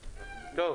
בחשוון